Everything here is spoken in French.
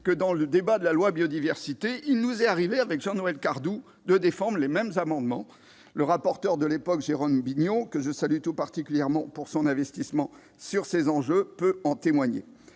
sur la loi relative à la biodiversité, il nous est arrivé, à lui et à moi, de défendre les mêmes amendements- le rapporteur de l'époque, Jérôme Bignon, que je salue tout particulièrement pour son investissement sur ces enjeux, pourra en témoigner.